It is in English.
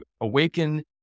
awaken